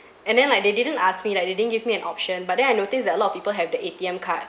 and then like they didn't ask me like they didn't give me an option but then I noticed that a lot of people have the A_T_M card